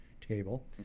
table